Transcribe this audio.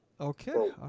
Okay